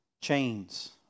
Chains